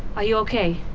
are you okay?